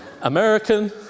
American